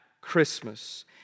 Christmas